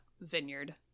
vineyard